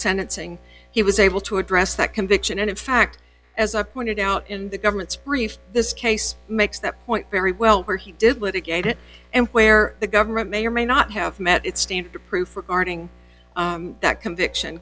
saying he was able to address that conviction and in fact as i pointed out in the government's brief this case makes that point very well where he did litigate it and where the government may or may not have met its standard of proof regarding that conviction